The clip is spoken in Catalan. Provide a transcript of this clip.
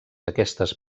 aquestes